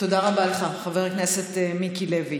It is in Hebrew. תודה רבה לך, חבר הכנסת מיקי לוי.